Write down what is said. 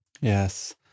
Yes